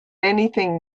anything